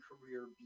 career